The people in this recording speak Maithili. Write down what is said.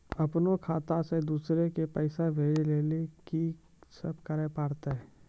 अपनो खाता से दूसरा के पैसा भेजै लेली की सब करे परतै?